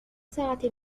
ساعتي